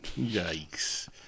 Yikes